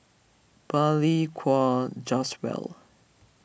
Balli Kaur Jaswal